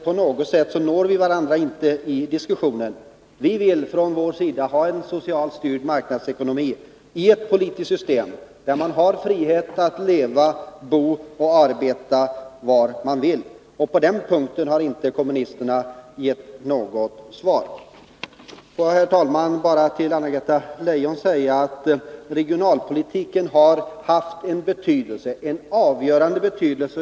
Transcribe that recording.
På något sätt når vi inte varandra i diskussionen. Vi vill från vår sida ha en socialt styrd marknadsekonomi i ett politiskt system där man har frihet att leva, bo och arbeta var man vill. På den punkten har inte kommunisterna gett något svar. Till Anna-Greta Leijon vill jag säga att regionalpolitiken har haft en avgörande betydelse.